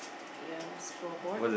you have a scoreboard